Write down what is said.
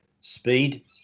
speed